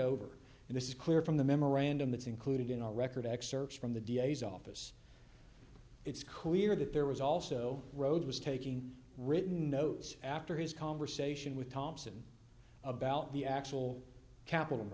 over and this is clear from the memorandum it's included in our record excerpts from the d a s office it's clear that there was also road was taking written notes after his conversation with thompson about the actual capital